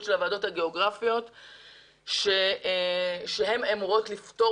של הוועדות הגיאוגרפיות שהן אמורות לתת